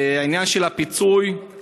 בעניין של הפיצוי,